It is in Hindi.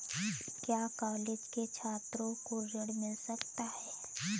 क्या कॉलेज के छात्रो को ऋण मिल सकता है?